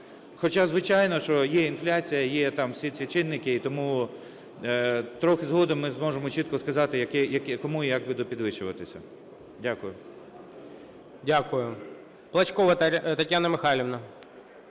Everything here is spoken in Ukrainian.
Хоча звичайно, що є інфляція, є там всі ці чинники і тому трохи згодом ми зможемо чітко сказати, кому і як буде підвищуватися. Дякую. ГОЛОВУЮЧИЙ. Дякую. Плачкова Тетяна Михайлівна.